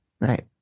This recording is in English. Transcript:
Right